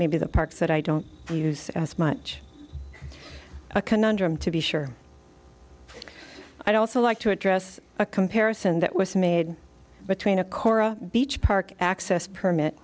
maybe the parks that i don't use as much a conundrum to be sure i also like to address a comparison that was made between a kora beach park access permit